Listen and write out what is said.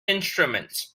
instruments